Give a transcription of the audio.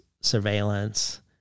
surveillance